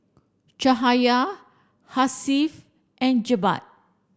Cahaya Hasif and Jebat